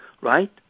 right